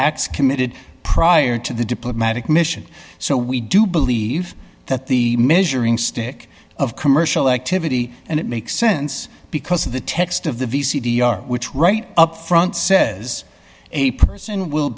acts committed prior to the diplomatic mission so we do believe that the measuring stick of commercial activity and it makes sense because of the text of the v c r which right up front says a person will